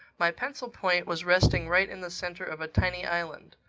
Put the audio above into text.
my pencil-point was resting right in the center of a tiny island.